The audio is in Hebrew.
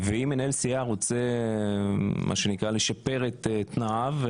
ואם מנהל סיעה רוצה מה שנקרא לשפר את תנאיו,